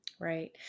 Right